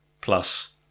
plus